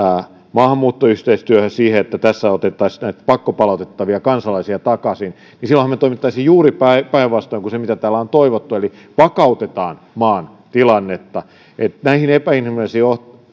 maahanmuuttoyhteistyöhön siihen että otettaisiin näitä pakkopalautettavia kansalaisia takaisin niin silloinhan me toimisimme juuri päinvastoin kuin siten mitä täällä on toivottu eli että vakautetaan maan tilannetta näihin epäinhimillisiin